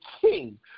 king